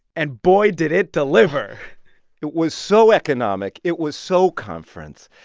and, boy, did it deliver it was so economic. it was so conference.